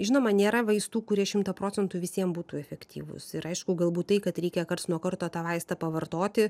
žinoma nėra vaistų kurie šimtą procentų visiem būtų efektyvūs ir aišku galbūt tai kad reikia karts nuo karto tą vaistą pavartoti